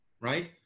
right